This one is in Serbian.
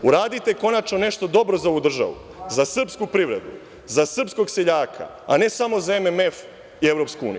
Uradite konačno nešto dobro za ovu državu, za srpsku privredu, za srpskog seljaka, a ne samo za MMF i EU.